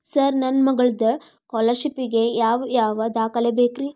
Sir ನನ್ನ ಮಗ್ಳದ scholarship ಗೇ ಯಾವ್ ಯಾವ ದಾಖಲೆ ಬೇಕ್ರಿ?